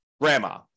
grandma